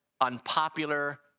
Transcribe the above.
unpopular